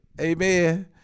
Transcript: Amen